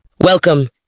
Welcome